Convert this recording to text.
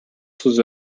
through